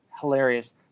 hilarious